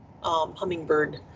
hummingbird